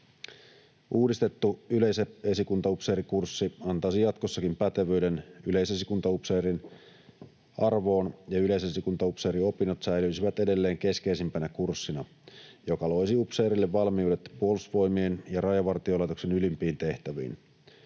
Uudistettu yleisesikuntaupseerikurssi antaisi jatkossakin pätevyyden yleisesikuntaupseerin arvoon, ja yleisesikuntaupseeriopinnot säilyisivät edelleen keskeisimpänä kurssina, joka loisi upseerille valmiudet Puolustusvoimien ja Rajavartiolaitoksen ylimpiin tehtäviin.